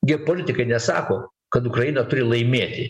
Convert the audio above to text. geopolitikai nesako kad ukraina turi laimėti